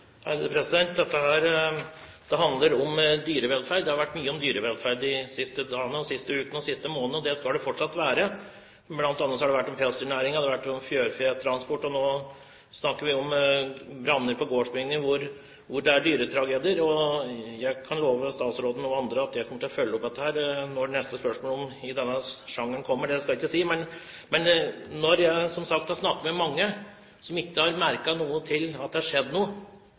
Det handler om dyrevelferd. Det har handlet mye om dyrevelferd de siste dagene, de siste ukene og de siste månedene, og det skal det fortsatt gjøre. Blant annet har det handlet om pelsdyrnæringen, det har handlet om fjørfetransport, og nå snakker vi om branner på gårdsbygninger med dyretragedier. Og jeg kan love statsråden og andre at jeg kommer til å følge opp dette; når neste spørsmål i denne sjangeren kommer, skal jeg ikke si. Jeg har som sagt snakket med mange som ikke har merket at det har skjedd noe, og da er spørsmålet mitt: Når skjer det noe? For ingen av oss ønsker at det